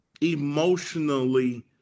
emotionally